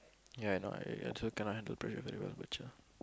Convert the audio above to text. ya I know right I I also cannot handle pressure very well